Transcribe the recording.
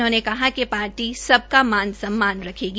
उन्होंने कहा कि पार्टी सबका मान सम्मान रखेगी